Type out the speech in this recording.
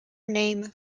name